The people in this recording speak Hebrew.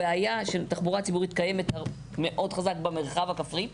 הבעיה של תחבורה ציבורית קיימת מאוד חזק במרחב הכפרי,